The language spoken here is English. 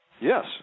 Yes